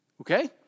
okay